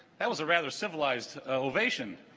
that was a rather civilized ovation